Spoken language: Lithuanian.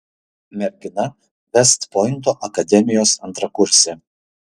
mergina vest pointo akademijos antrakursė